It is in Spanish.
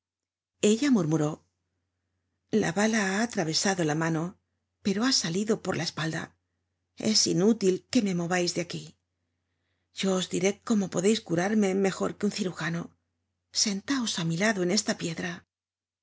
ella murmuró la bala ha atravesado la mano pero ha salido por la espalda es inútil que me movais de aquí yo os diré cómo podeis curarme mejor que un cirujano sentaos á mi lado en esta piedra